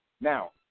Now